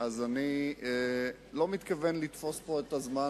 ולכן אני לא מתכוון לתפוס פה את הזמן